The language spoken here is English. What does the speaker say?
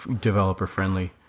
developer-friendly